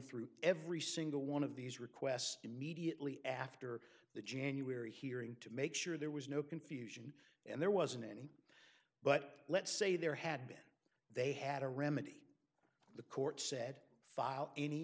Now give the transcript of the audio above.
through every single one of these requests immediately after the january hearing to make sure there was no confusion and there wasn't any but let's say there had been they had a remedy the court said file any